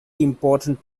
important